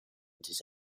des